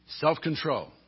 self-control